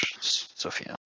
Sophia